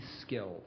skilled